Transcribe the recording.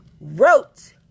wrote